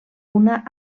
una